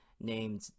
named